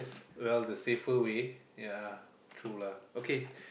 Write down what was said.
well the safer way ya ya true lah okay